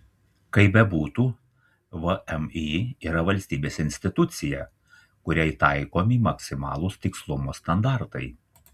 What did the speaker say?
kaip bebūtų vmi yra valstybės institucija kuriai taikomi maksimalūs tikslumo standartai